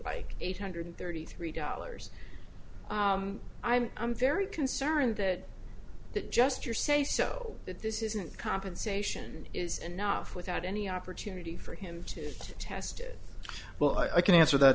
bike eight hundred thirty three dollars i'm i'm very concerned that that just your say so that this isn't compensation is enough without any opportunity for him to test it well i can answer that